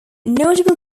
notable